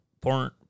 porn